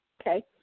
Okay